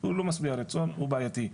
הוא לא משביע רצון והוא בעייתי.